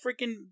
freaking